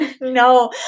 no